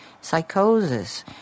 psychosis